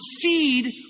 feed